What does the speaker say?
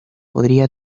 podría